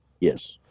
Yes